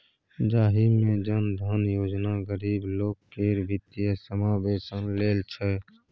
जाहि मे जन धन योजना गरीब लोक केर बित्तीय समाबेशन लेल छै